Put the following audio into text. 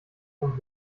vom